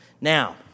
Now